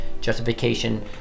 justification